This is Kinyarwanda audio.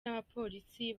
n’abapolisi